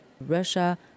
Russia